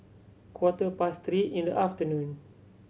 quarter past three in the afternoon